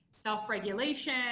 self-regulation